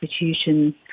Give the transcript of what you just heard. institutions